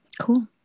Cool